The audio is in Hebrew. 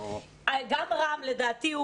לדעתי,